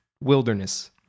wilderness